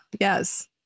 Yes